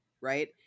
Right